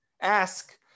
ask